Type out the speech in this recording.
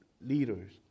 leaders